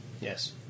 Yes